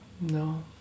No